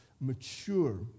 mature